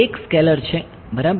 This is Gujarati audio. એક સ્કેલર છે બરાબર